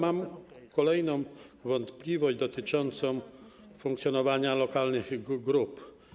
Mam kolejną wątpliwość dotyczącą funkcjonowania lokalnych grup.